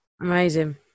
Amazing